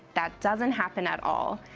that doesn't happen at all.